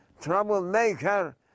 troublemaker